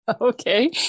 Okay